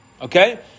okay